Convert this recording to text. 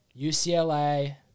UCLA